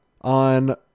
on